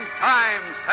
time